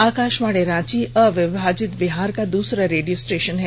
आकाशवाणी रांची अविभाजित बिहार का दूसरा रेडियो स्टेशन है